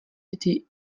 été